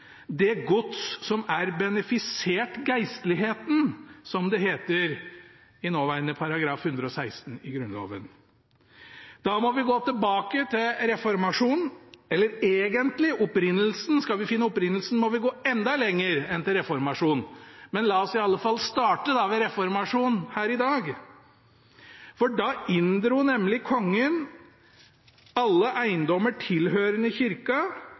som er benefisert geistligheten», som det heter i nåværende § 116 i Grunnloven? Da må vi gå tilbake til reformasjonen. Eller, skal vi finne opprinnelsen, må vi gå enda lenger enn reformasjonen, men la oss i alle fall starte med reformasjonen her i dag. For da inndro nemlig kongen alle eiendommer tilhørende kirka,